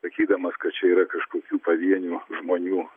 sakydamas kad čia yra kažkokių pavienių žmonių